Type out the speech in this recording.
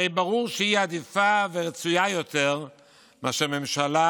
הרי ברור שהיא עדיפה ורצויה יותר מאשר הממשלה